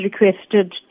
requested